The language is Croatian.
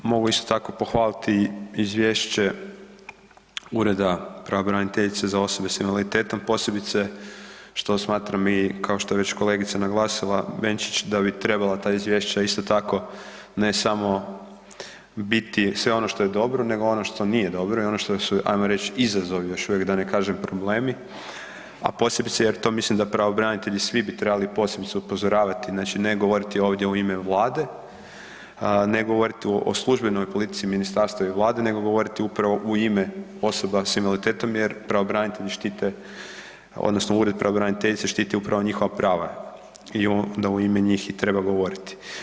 Mogu isto tako pohvaliti izvješće Ureda pravobraniteljice za osobe s invaliditetom, posebice što smatram i kao što je već kolegica Benčić naglasila da bi trebala ta izvješća isto tako ne samo biti sve ono što je dobro nego i ono što nije dobro i ono što su ajmo reći izazovi još uvijek, da ne kažem problemi, a posebice jer to mislim da bi pravobranitelji svi trebali posebice upozoravati, znači ne govoriti ovdje u ime Vlade, ne govoriti o službenoj politici ministarstva i Vlade nego govoriti upravo u ime osobama s invaliditetom jer pravobranitelji odnosno Ured pravobraniteljice štiti upravo njihova prava i onda u ime njih i treba govoriti.